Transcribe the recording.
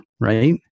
right